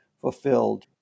fulfilled